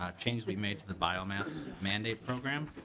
ah changes we made to the bio mass mandate program.